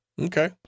Okay